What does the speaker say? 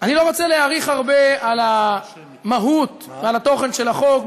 אני לא רוצה להאריך הרבה על המהות ועל התוכן של החוק.